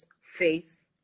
faith